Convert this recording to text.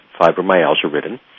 fibromyalgia-ridden